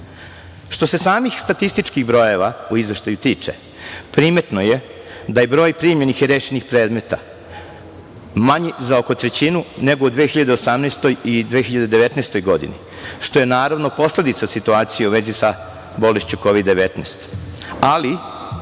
se samih statističkih brojeva u izveštaju tiče, primetno je da je broj primljenih i rešenih predmeta manji za oko trećinu nego u 2018. i 2019. godini, što je, naravno, posledica situacije u vezi sa bolešću Kovid - 19. Ali,